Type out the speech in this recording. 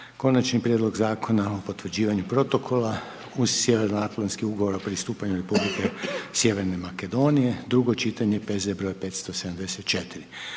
Konačni prijedlog Zakona o potvrđivanju protokola uz Sjevernoatlantski ugovor o pristupanje Republike Sjeverne Makedonije, drugo čitanje, P.Z. br. 574.